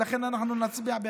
ולכן אנחנו נצביע בעד.